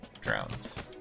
drones